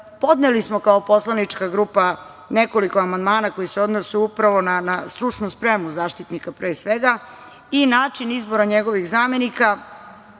smo kao poslanička grupa nekoliko amandmana koji se odnose upravo na stručnu spremu Zaštitnika, pre svega, i način izbora njegovih zamenika.